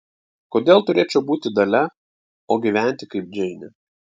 kodėl turėčiau būti dalia o gyventi kaip džeinė